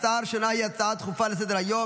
ההצעה הראשונה היא הצעה דחופה לסדר-היום